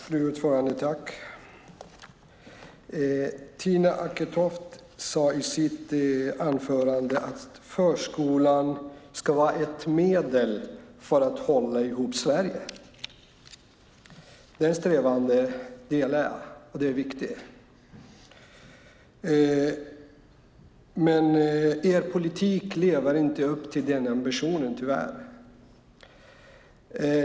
Fru talman! Tina Acketoft sade i sitt anförande att förskolan ska vara ett medel för att hålla ihop Sverige. Den strävan delar jag. Den är viktig. Men er politik lever tyvärr inte upp till den ambitionen.